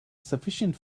sufficient